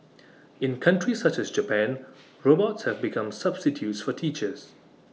in countries such as Japan robots have become substitutes for teachers